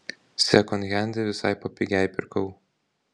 sekondhende visai papigiai pirkau